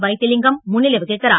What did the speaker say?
வைத்திலிங்கம் முன்னிலை வகிக்கிறார்